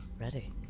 ready